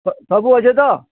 ସବୁ ଅଛେ ତ